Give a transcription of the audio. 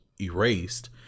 erased